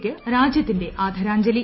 ലിക്ക് രാജ്യത്തിന്റെ ആദരാഞ്ജലി